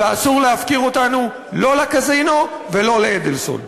ואסור להפקיר אותנו לא לקזינו ולא לאדלסון.